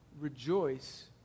rejoice